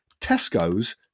Tesco's